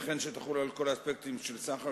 וכן שתחול על כל האספקטים של סחר,